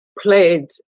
played